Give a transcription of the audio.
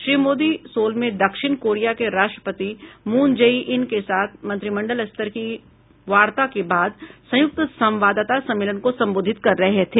Shri Modi Seoul में दक्षिण Korea के राष्ट्रपति मून जेई इन के साथ मंत्रिमंडल स्तर की वार्ता के बाद संयुक्त संवाददाता सम्मेलन को संबोधित कर रहे थे